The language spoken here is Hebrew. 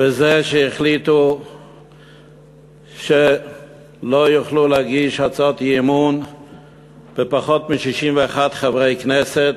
בזה שהחליטו שלא יוכלו להגיש הצעות אי-אמון בפחות מ-61 חברי כנסת,